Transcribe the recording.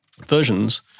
versions